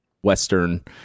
Western